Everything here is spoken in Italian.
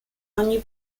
ogni